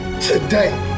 today